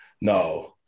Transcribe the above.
No